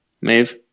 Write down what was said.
Maeve